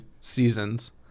seasons